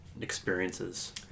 experiences